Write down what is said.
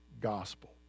gospel